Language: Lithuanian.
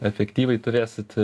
efektyviai turėsit